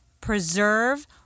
preserve